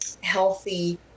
healthy